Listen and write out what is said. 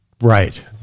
Right